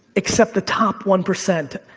except the top one percent.